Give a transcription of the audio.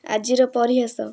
ଆଜିର ପରିହାସ